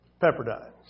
Pepperdine